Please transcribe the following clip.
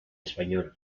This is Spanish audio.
español